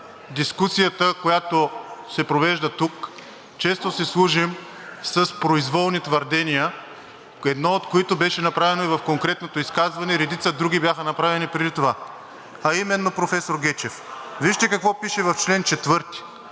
дискусията, която се провежда тук, често си служим с произволни твърдения, едно от които беше направено и в конкретното изказване, а редица други бяха направени преди това, а именно, професор Гечев, вижте какво пише в чл. 4.